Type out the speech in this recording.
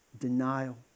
denial